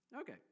Okay